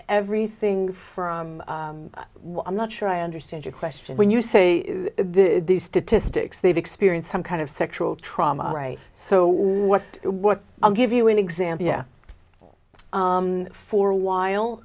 everything from i'm not sure i understand your question when you say these statistics they've experienced some kind of sexual trauma right so what what i'll give you an example yeah for a while